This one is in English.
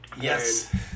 Yes